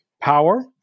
power